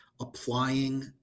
applying